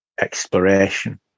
exploration